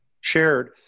shared